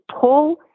pull